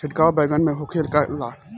छिड़काव बैगन में होखे ला का?